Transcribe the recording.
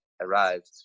arrived